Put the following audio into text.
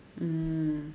mm